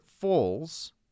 falls